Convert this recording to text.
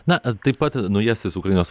na taip pat naujasis ukrainos